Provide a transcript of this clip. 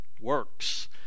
works